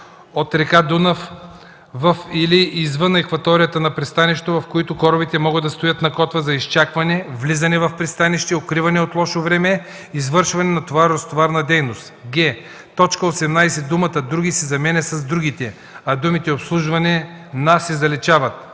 от река Дунав в или извън акваторията на пристанището, в който корабите могат да стоят на котва за изчакване, влизане в пристанище, укриване от лошо време, извършване на товарно-разтоварна дейност.”; г) в т. 18 думата „други” се заменя с „другите”, а думите „обслужване на” се заличават;